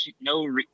no